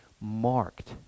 marked